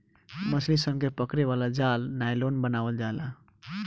मछली सन के पकड़े वाला जाल नायलॉन बनावल जाला